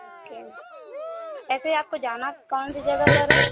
okay ऐसे आपको जाना कौन सी जगह पर है